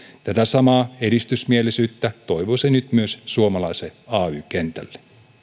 tätä samaa edistysmielisyyttä toivoisi nyt myös suomalaiselle ay kentälle